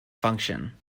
function